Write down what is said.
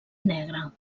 negra